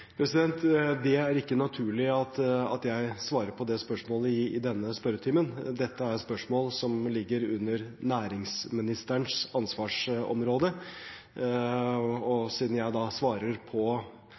spørsmålene? Det er ikke naturlig at jeg svarer på det spørsmålet i denne spørretimen. Dette er et spørsmål som ligger under næringsministerens ansvarsområde, og siden jeg svarer på